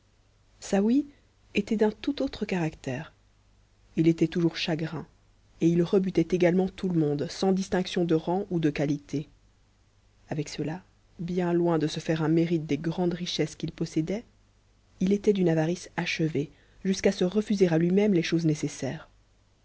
snony était d'un tout autre caractère il était toujours chagrin et it relutai demcnt tout le monde sans distinction de rang ou de qualité c ccht mcn loin de se faire un mérite des grandes richesses qu'il pos it il était d'une avarice achevée jusqu'à se refuser à hu même les t'oses nécessaires